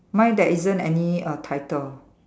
mine there isn't any err title